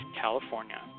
California